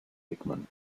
hickman